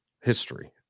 history